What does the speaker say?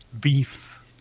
beef